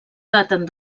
daten